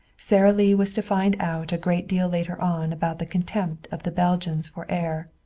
sara lee was to find out a great deal later on about the contempt of the belgians for air.